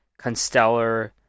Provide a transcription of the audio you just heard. Constellar